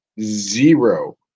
zero